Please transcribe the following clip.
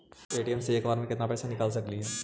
ATM से एक बार मे केत्ना पैसा निकल सकली हे?